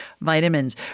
vitamins